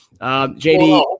jd